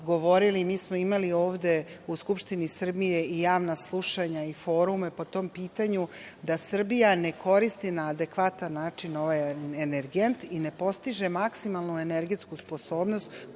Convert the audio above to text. mi smo imali ovde u Skupštini Srbije i javna slušanja i forume po tom pitanju, da Srbija ne koristi na adekvatan način ovaj energent i ne postiže maksimalnu energetsku sposobnost